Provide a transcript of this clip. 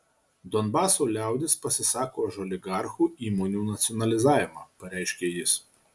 donbaso liaudis pasisako už oligarchų įmonių nacionalizavimą pareiškė jis